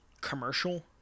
commercial